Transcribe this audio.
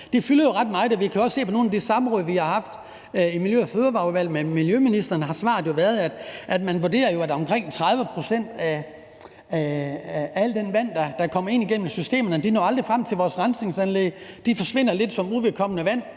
det fylder ret meget. Vi har jo på nogle af de samråd, vi har haft i Miljø- og Fødevareudvalget med miljøministeren, også kunnet se, at svaret har været, at man vurderer, at omkring 30 pct. af alt det vand, der kommer ind igennem systemerne, aldrig når frem til rensningsanlæggene, men at det forsvinder lidt som uvedkommende vand.